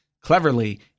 Cleverly